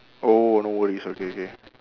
oh no worries okay okay